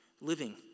living